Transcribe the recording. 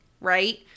Right